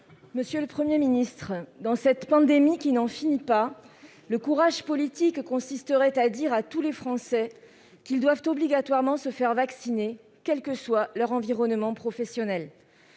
Monsieur le Premier ministre, dans cette pandémie qui n'en finit pas, le courage politique consisterait à dire à tous les Français qu'ils doivent obligatoirement se faire vacciner, quel que soit leur environnement professionnel.